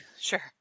Sure